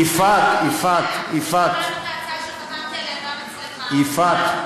יפעת כן, כן.